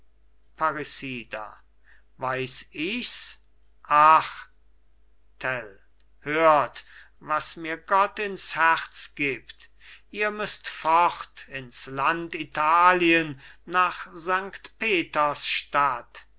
weiß ich's ach tell hört was mir gott ins herz gibt ihr müsst fort ins land italien nach sankt